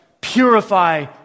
purify